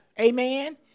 Amen